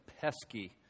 pesky